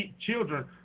children